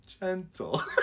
gentle